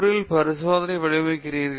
எப்படி உங்கள் பரிசோதனையை வடிவமைக்கிறீர்கள்